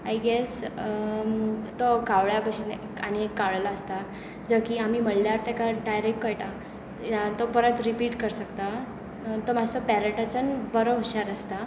I guess तो कावळ्या भाशेन आनी एक काळेलो आसता जो की आमी म्हणल्यार ताका डायरेक्ट कळटा तो परत रिपीट करूंक शकता तो मातसो पॅरटाच्यान बरो हुशार आसता